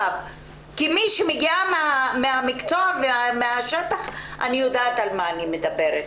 כמי שמגיעה מהשטח אני יודעת על מה אני מדברת.